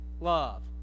love